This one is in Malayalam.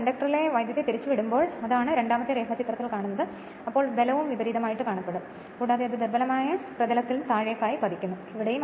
കണ്ടക്ടറിലെ വൈദ്യുതി തിരിച്ചു വിടുമ്പോൾ അതാണ് രണ്ടാമത്തെ രേഖാചിത്രത്തിൽ കാണുന്നത് ബലവും വിപരീതമാണ് കൂടാതെ അത് ദുർബലമായ ഫീൽഡിൽ താഴെയായി പ്രവർത്തിക്കുന്നു ഇവിടെയും